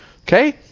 Okay